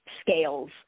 scales